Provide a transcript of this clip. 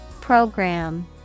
Program